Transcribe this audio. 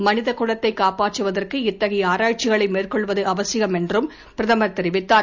மனித குலத்தைக் காப்பாற்றுவதற்கு இத்தகைய ஆராய்ச்சிகளை மேற்கொள்வது அவசியம் என்றும் அமம்சர் தெரிவித்தார்